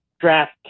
draft